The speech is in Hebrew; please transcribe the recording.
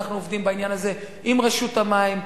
אנחנו עובדים בעניין הזה עם רשות המים,